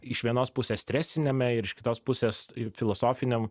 iš vienos pusės stresiniame ir iš kitos pusės ir filosofiniam